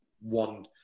one